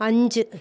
അഞ്ച്